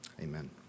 amen